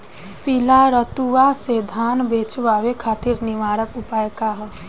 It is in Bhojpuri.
पीला रतुआ से धान बचावे खातिर निवारक उपाय का ह?